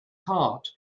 heart